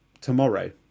tomorrow